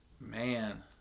Man